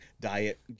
diet